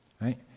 right